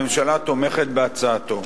הממשלה תומכת בהצעתו.